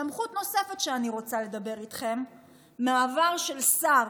סמכות נוספת שאני רוצה לדבר עליה איתכם היא מעבר של שר,